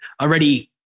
already